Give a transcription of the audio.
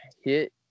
hit